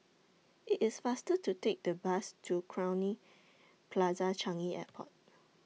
IT IS faster to Take The Bus to Crowne Plaza Changi Airport